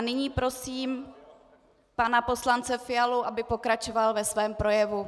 Nyní prosím pana poslance Fialu, aby pokračoval ve svém projevu.